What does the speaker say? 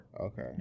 Okay